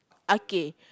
okay